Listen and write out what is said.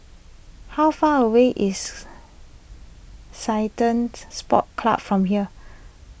how far away is Ceylon's Sports Club from here